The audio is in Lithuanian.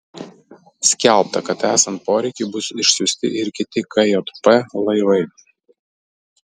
skelbta kad esant poreikiui bus išsiųsti ir kiti kjp laivai